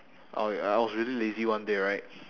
oh wait I I was really lazy one day right